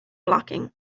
blocking